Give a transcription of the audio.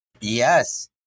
Yes